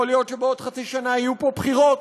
יכול להיות שבעוד חצי שנה יהיו פה בחירות,